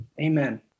Amen